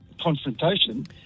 confrontation